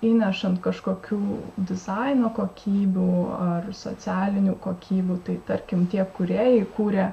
įnešant kažkokių dizaino kokybių ar socialinių kokybių tai tarkim tie kūrėjai kūrė